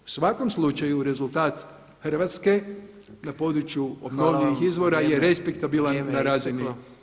U svakom slučaju rezultat Hrvatske na području obnovljivih izvora je respektabilan na razini.